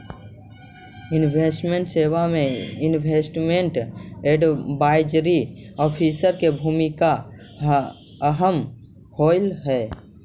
investment सेवा में investment advisory officer के भूमिका अहम होवऽ हई